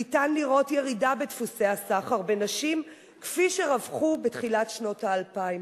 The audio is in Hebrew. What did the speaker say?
אפשר לראות ירידה בדפוסי הסחר בנשים שרווחו בתחילת שנות האלפיים.